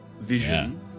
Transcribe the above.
vision